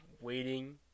waiting